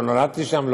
לא נולדתי שם,